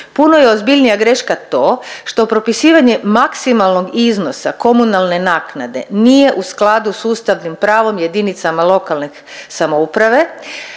puno je ozbiljnija greška to što propisivanje maksimalnog iznosa komunalne naknade nije u skladu s ustavnim pravom jedinicama lokalne samouprave